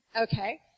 Okay